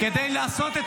זה בית המשפט, אדוני.